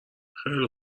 خیلی